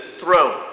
throne